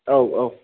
औ औ